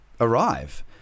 arrive